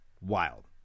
wild